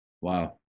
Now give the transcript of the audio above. Wow